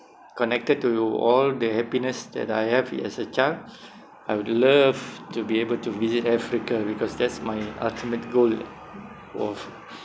connected to all the happiness that I have as a child I would love to be able to visit africa because that's my ultimate goal of